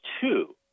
two